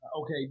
Okay